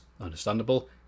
understandable